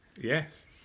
Yes